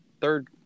third